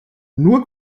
nur